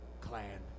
clan